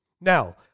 Now